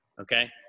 Okay